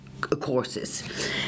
courses